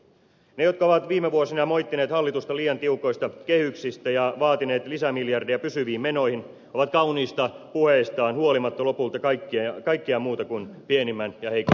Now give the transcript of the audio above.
ne jotka ovat viime vuosina moittineet hallitusta liian tiukoista kehyksistä ja vaatineet lisämiljardeja pysyviin menoihin ovat kauniista puheistaan huolimatta lopulta kaikkea muuta kuin pienimmän ja heikoimman puolella